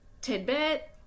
tidbit